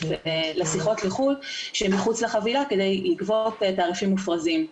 על שיחות לחו"ל שמחוץ לחבילה כדי לגבות תעריפים מופרזים.